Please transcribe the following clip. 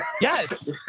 Yes